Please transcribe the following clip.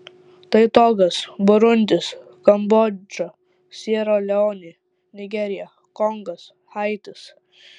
tai togas burundis kambodža siera leonė nigerija kongas haitis